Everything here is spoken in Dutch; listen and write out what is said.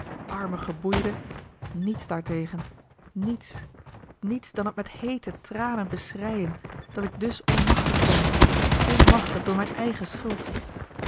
arme geboeide niets daartegen niets niets dan het met heete tranen beschreien dat ik dus onmachtig ben onmachtig door mijne eigene schuld